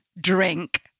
drink